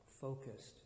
focused